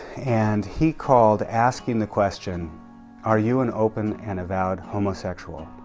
and he called asking the question are you an open and avowed homosexual?